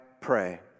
pray